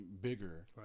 bigger